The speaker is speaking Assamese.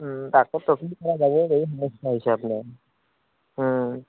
তাকেতো কি কৰা যাব সেয়ে সমস্যা হৈছে আপোনাৰ